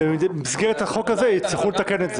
במסגרת החוק הזה יצטרכו לתקן את זה.